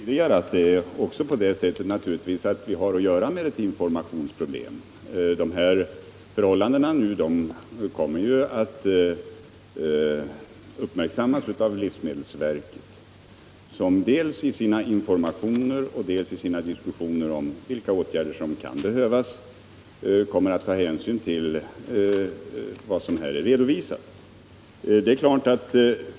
Herr talman! Jag vill tillägga till vad jag sade tidigare att vi naturligtvis också har att göra med ett informationsproblem. De här förhållandena kommer att uppmärksammas av livsmedelsverket, som dels i sin information, dels i sina diskussioner om vilka åtgärder som kan behövas kommer att ha tillgång till vad som här är redovisat.